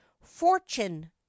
fortune